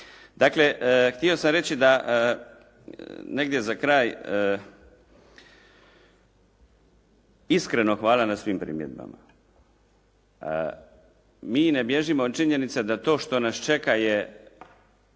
Dakle, htio sam reći da negdje za kraj iskreno hvala na svim primjedbama. Mi ne bježimo od činjenice da to što nas čeka je